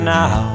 now